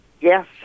Yes